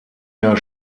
jahr